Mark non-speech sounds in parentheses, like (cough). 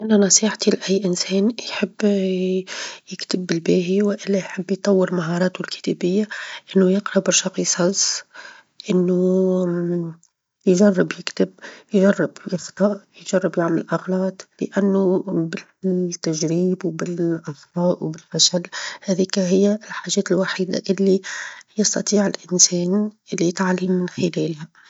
أنا نصيحتي لأى إنسان يحب (hesitation) يكتب بالباهي، والا يحب يطور مهاراته الكتابية إنه يقرأ برشا قصص إنه (hesitation) يجرب يكتب، يجرب يخطأ، يجرب يعمل أغلاط؛ لأنه بالتجريب، وبالأخطاء، وبالفشل هذيك هي الحاجات الوحيدة اللي يستطيع الإنسان اللي يتعلم من خلالها.